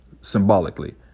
symbolically